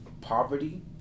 poverty